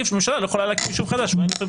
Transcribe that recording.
ממשלה לא יכולה להקים יישוב חדש שבועיים לפני בחירות.